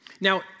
Now